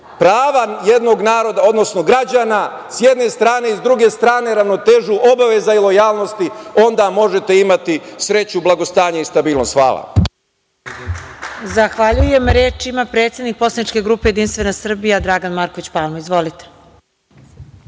prava jednog naroda, odnosno građana s jedne strane, i s druge strane ravnotežu obaveza i lojalnosti onda možete imati sreću, blagostanje i stabilnost. Hvala.